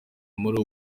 muri